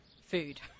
food